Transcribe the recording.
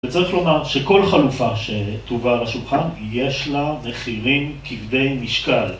וצריך לומר שכל חלופה שטובה על השולחן, יש לה מחירים כבדי משקל.